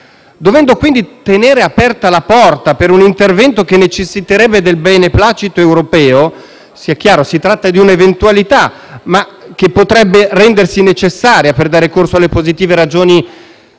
Dovendo quindi tenere aperta la porta per un intervento che necessiterebbe del beneplacito europeo, ed essendo chiaro che si tratta di un'eventualità che potrebbe, però, rendersi necessaria per dare corso alle positive ragioni a